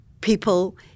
people